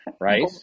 Right